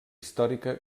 històrica